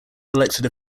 elected